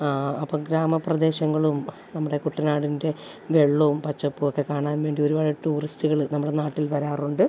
അപ്പം ഗ്രാമ പ്രദേശങ്ങളും നമ്മുടെ കുട്ടനാടിൻ്റെ വെള്ളവും പച്ചപ്പും ഒക്കെ കാണാൻ വേണ്ടി ഒരുപാട് ടൂറിസ്റ്റുകൾ നമ്മുടെ നാട്ടിൽ വരാറുണ്ട്